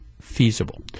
feasible